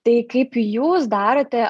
tai kaip jūs darote